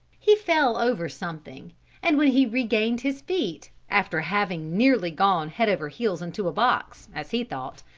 he fell over something and when he regained his feet, after having nearly gone head over heels into a box, as he thought,